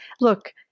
look